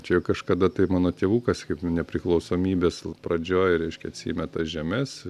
čia kažkada taip mano tėvukas kaip nepriklausomybės pradžioj reiškia atsiėmė tas žemes